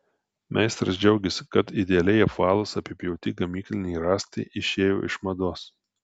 meistras džiaugiasi kad idealiai apvalūs apipjauti gamykliniai rąstai išėjo iš mados